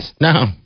No